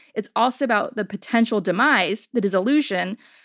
it's also about the potential demise, the dissolution,